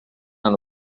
l’un